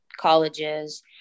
colleges